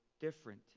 different